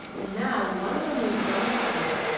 and now one of them was gone somewhere,